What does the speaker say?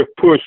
push